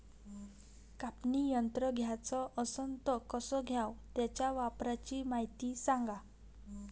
कापनी यंत्र घ्याचं असन त कस घ्याव? त्याच्या वापराची मायती सांगा